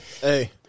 Hey